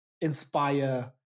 inspire